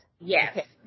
yes